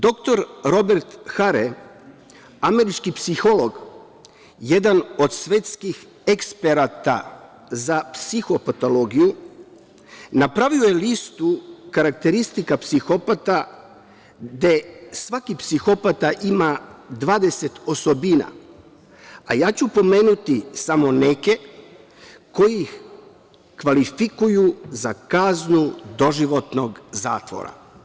Doktor Robert Hare, američki psiholog, jedan od svetskih eksperata za psihopatologiju napravio je listu karakteristika psihopata, gde svaki psihopata ima 20 osobina, a ja ću pomenuti samo neke koje ih kvalifikuju za kaznu doživotnog zatvora.